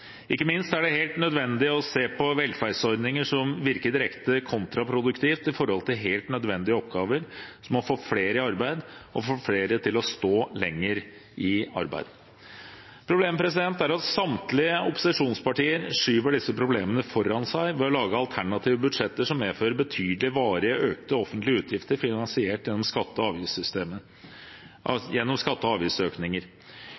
Ikke minst er det helt nødvendig å se på velferdsordninger som virker direkte kontraproduktivt i forhold til helt nødvendige oppgaver, som å få flere i arbeid og få flere til å stå lenger i arbeid. Problemet er at samtlige opposisjonspartier skyver disse problemene foran seg ved å lage alternative budsjetter som medfører betydelige, varig økte offentlige utgifter finansiert gjennom skatte- og